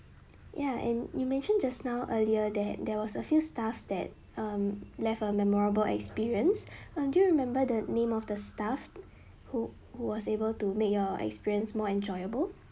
ya and you mentioned just now earlier that there was a few staffs that um left a memorable experience and do you remember the name of the staff who who was able to make your experience more enjoyable